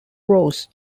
rose